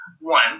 one